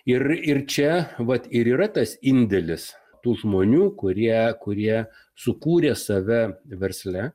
ir ir čia vat ir yra tas indėlis tų žmonių kurie kurie sukūrė save versle